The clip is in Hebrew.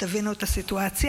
תבינו את הסיטואציה,